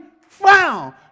found